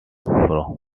from